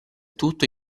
tutto